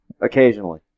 Occasionally